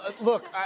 Look